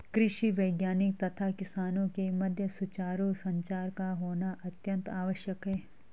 कृषि वैज्ञानिक तथा किसानों के मध्य सुचारू संचार का होना अत्यंत आवश्यक है